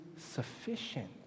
sufficient